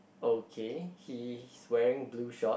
okay he's wearing blue shorts